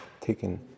taken